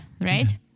Right